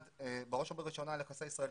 בראש ובראשונה על יחסי ישראל-תפוצות.